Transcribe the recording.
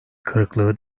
kırıklığı